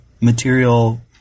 material